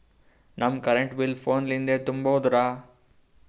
ನಮ್ current bill ಫೋನ ಲಿಂದೇ ತುಂಬೌದ್ರಾ?